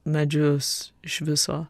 medžius iš viso